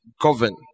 govern